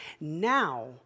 now